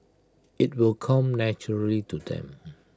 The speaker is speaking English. IT will come naturally to them